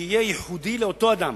שיהיה ייחודי לאותו אדם.